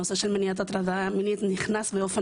הנושא של מניעת הטרדה מינית נכנס באופן